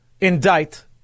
indict